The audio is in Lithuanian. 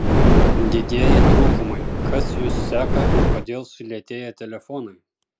didieji trūkumai kas jus seka ir kodėl sulėtėja telefonai